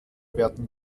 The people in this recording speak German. werden